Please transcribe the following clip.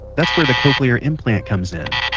that's where the cochlear implant comes in.